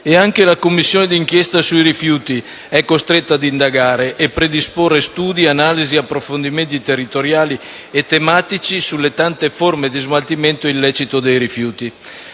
Anche la Commissione d'inchiesta sui rifiuti è costretta ad indagare e predisporre studi, analisi ed approfondimenti territoriali e tematici sulle tante forme di smaltimento illecito dei rifiuti.